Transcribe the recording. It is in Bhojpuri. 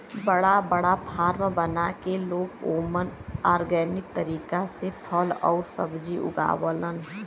बड़ा बड़ा फार्म बना के लोग ओमन ऑर्गेनिक तरीका से फल आउर सब्जी उगावलन